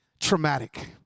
traumatic